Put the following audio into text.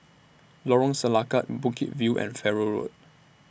Lorong Selangat Bukit View and Farrer Road